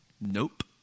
Nope